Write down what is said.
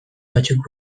batzuk